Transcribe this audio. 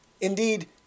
indeed